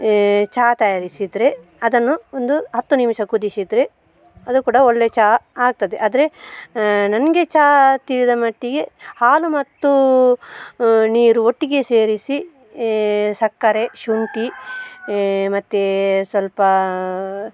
ಚಹಾ ತಯಾರಿಸಿದರೆ ಅದನ್ನು ಒಂದು ಹತ್ತು ನಿಮಿಷ ಕುದಿಸಿದ್ರೆ ಅದು ಕೂಡ ಒಳ್ಳೆಯ ಚಹಾ ಆಗ್ತದೆ ಆದರೆ ನನಗೆ ಚಹಾ ತಿಳಿದ ಮಟ್ಟಿಗೆ ಹಾಲು ಮತ್ತು ನೀರು ಒಟ್ಟಿಗೆ ಸೇರಿಸಿ ಈ ಸಕ್ಕರೆ ಶುಂಠಿ ಮತ್ತು ಸ್ವಲ್ಪ